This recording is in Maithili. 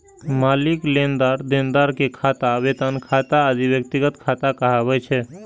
मालिक, लेनदार, देनदार के खाता, वेतन खाता आदि व्यक्तिगत खाता कहाबै छै